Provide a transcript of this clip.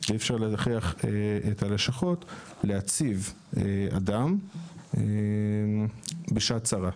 ואי אפשר להכריח את הלשכות להציב אדם בשעת צרה.